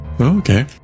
okay